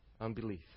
Unbelief